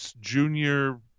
junior